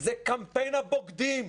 זה קמפיין הבוגדים.